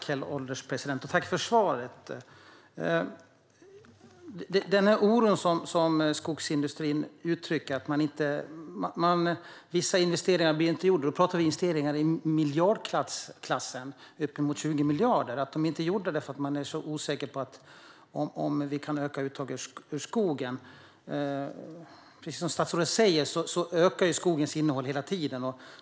Herr ålderspresident! Jag tackar ministern för svaret. Skogsindustrin uttrycker oro över att vissa investeringar inte blir gjorda - då pratar vi om investeringar på uppemot 20 miljarder - därför att man är så osäker på om man kan öka uttaget ur skogen. Precis som statsrådet säger ökar skogens innehåll hela tiden.